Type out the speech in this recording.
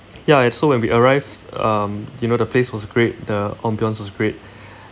ya and so when we arrived um you know the place was great the ambience was great